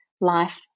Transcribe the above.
life